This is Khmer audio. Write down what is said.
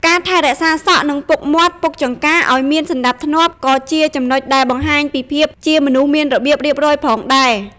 ការថែរក្សាសក់ និងពុកមាត់ពុកចង្កាឲ្យមានសណ្តាប់ធ្នាប់ ក៏ជាចំណុចដែលបង្ហាញពីភាពជាមនុស្សមានរបៀបរៀបរយផងដែរ។